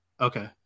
Okay